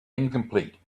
incomplete